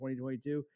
2022